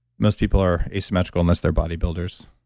most people are asymmetrical unless they're bodybuilders.